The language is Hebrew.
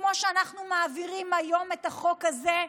כמו שאנחנו מעבירים היום את החוק הזה,